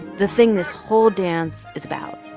the thing this whole dance is about